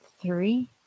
Three